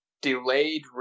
Delayed